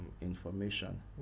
information